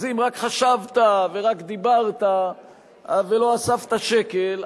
אז אם רק חשבת ורק דיברת ולא אספת שקל,